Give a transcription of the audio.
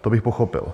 To bych pochopil.